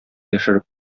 яшереп